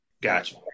gotcha